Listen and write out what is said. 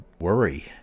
worry